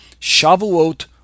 Shavuot